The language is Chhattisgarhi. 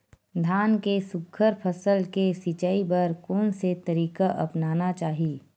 धान के सुघ्घर फसल के सिचाई बर कोन से तरीका अपनाना चाहि?